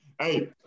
Hey